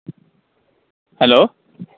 hello